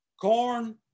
corn